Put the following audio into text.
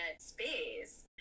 space